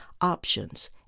options